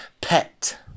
pet